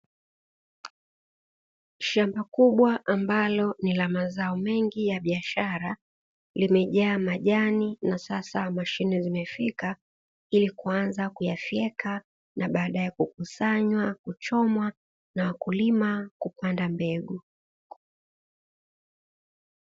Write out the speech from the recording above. Shamba kubwa ambalo ni la mazao mengi ya biashara, limejaa majani na sasa mashine zimefika ili kuanza kuyafyeka na baada ya kukusanywa, kuchomwa na wakulima kupanda mbegu.